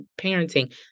parenting